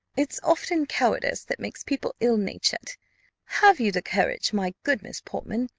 it's often cowardice that makes people ill-natured have you the courage, my good miss portman,